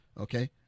Okay